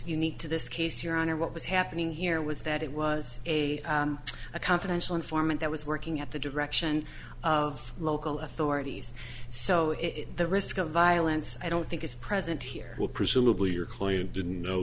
you need to this case your honor what was happening here was that it was a a confidential informant that was working at the direction of local authorities so if the risk of violence i don't think is present here would presumably your client didn't know